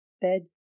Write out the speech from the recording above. Bed